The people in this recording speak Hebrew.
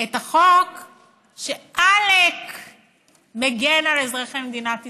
את החוק שעלק מגן על אזרחי מדינת ישראל.